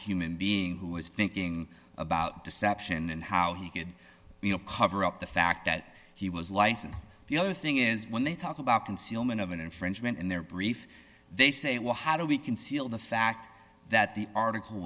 human being who was thinking about deception and how he could be a cover up the fact that he was licensed the other thing is when they talk about concealment of an infringement in their brief they say well how do we conceal the fact that the article